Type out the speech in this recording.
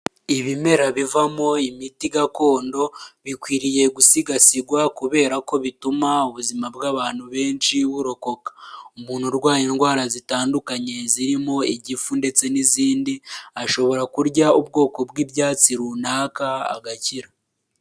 Ibimera bivamo imiti gakondo bikwiriye gusigasirwa kubera ko bituma ubuzima bw'abantu benshi burokoka. Umuntu urwaye indwara zitandukanye zirimo igifu ndetse n'izindi ashobora kurya ubwoko bw'ibyatsi runaka agakira.